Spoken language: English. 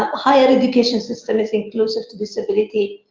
ah higher education system is inclusive to disability.